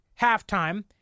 halftime